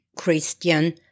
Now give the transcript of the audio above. Christian